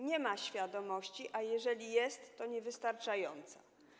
Nie ma świadomości, a jeżeli jest, to niewystarczająca.